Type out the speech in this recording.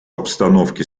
обстановке